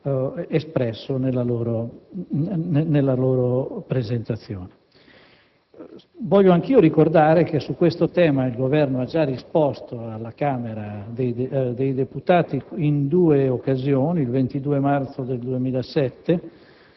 espresso nella loro illustrazione. Vorrei anch'io ricordare che sul tema il Governo ha già risposto alla Camera dei deputati in due occasioni, il 22 marzo e il